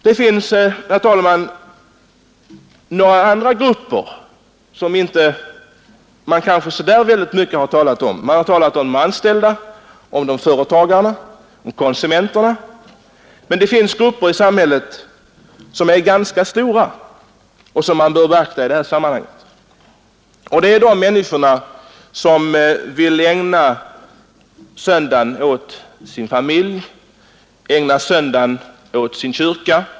Det finns, herr talman, andra grupper som man kanske inte har talat så mycket om. Man har talat om de anställda, företagarna och konsumenterna. Men det finns även andra och ganska stora grupper i samhället som man bör beakta i detta sammanhang; det är de människor som vill ägna söndagen åt sin familj eller åt sin kyrka.